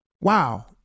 Wow